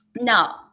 Now